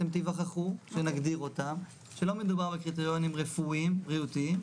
כאשר נגדיר אותם תיווכחו שלא מדובר בקריטריונים רפואיים בריאותיים,